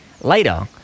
Later